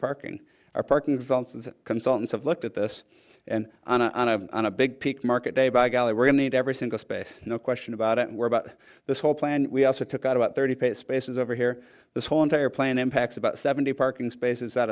and consultants of look at this and on a on a on a big market day by golly we're going to need every single space no question about it we're about this whole plan we also took out about thirty paid spaces over here this whole entire plan impacts about seventy parking spaces out